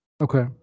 Okay